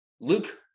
Luke